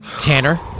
Tanner